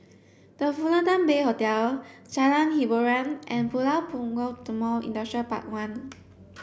The Fullerton Bay Hotel Jalan Hiboran and Pulau Punggol Timor Industrial Park one